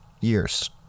years